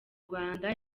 rwanda